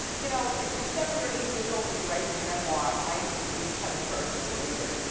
you know, if you're seventy or eighty years old and you're writing your memoir, i am the type of person as a reader.